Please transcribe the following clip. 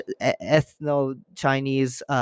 ethno-Chinese